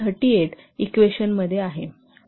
38 equation मध्ये आहे